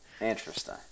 Interesting